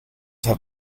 have